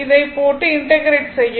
இதை போட்டு இன்டெகிரெட் செய்யவும்